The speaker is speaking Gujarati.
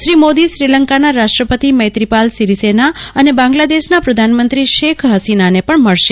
શ્રી મોદી શ્રીલંકા રાષ્ટ્રપતિ મૈત્રીપાલ સીરિસેના અને બાંગ્લાદેશના પ્રધાનમંત્રી શેખ હસ્તીનાને યજ્ઞ મળશે